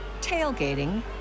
tailgating